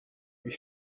lui